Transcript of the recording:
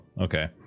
Okay